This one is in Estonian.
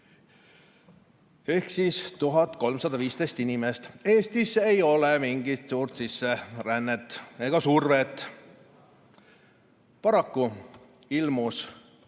ehk 1315 inimest. Eestis ei ole mingit suurt sisserännet ega selle survet. Paraku ilmus